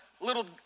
little